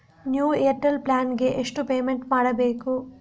New Airtel plan ಗೆ ಎಷ್ಟು payment ಮಾಡ್ಬೇಕು?